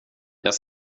jag